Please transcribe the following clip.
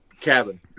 cabin